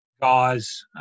guys